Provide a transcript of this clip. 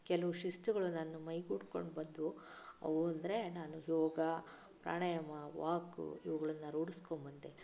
ಕೆಲವು ಶಿಸ್ತುಗಳು ನನ್ನ ಮೈಗೂಡಿಕೊಂಡು ಬಂದವು ಅವು ಅಂದರೆ ನಾನು ಯೋಗ ಪ್ರಾಣಾಯಾಮ ವಾಕ್ ಇವುಗಳನ್ನು ರೂಢಿಸಿಕೊಂಡು ಬಂದೆ